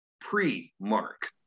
pre-mark